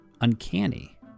uncanny